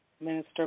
Minister